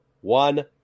one